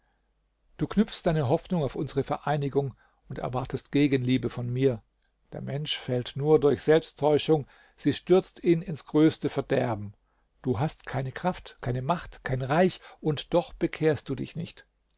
du knüpfst deine hoffnung auf unsere vereinigung und erwartest gegenliebe von mir der mensch fällt nur durch selbsttäuschung sie stürzt ihn ins größte verderben du hast keine kraft keine macht kein reich und doch bekehrst du dich nicht